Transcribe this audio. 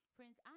Prince